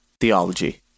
Theology